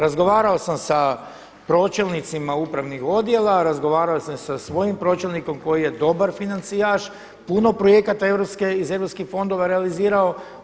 Razgovarao sam sa pročelnicima upravnih odjela, razgovarao sam sa svojim pročelnikom koji je dobar financijaš, puno projekata iz europskih fondova je realizirao.